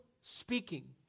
speaking